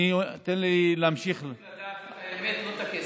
אנשים רוצים לדעת את האמת, לא את הכסף.